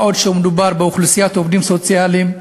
מה עוד שמדובר באוכלוסיית העובדים הסוציאליים,